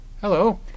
Hello